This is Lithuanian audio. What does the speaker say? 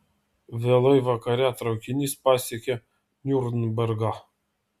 vėlai vakare traukinys pasiekia niurnbergą